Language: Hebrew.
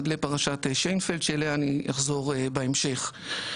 עד לפרשת שיינפלד שאליה אני אחזור בהמשך.